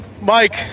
Mike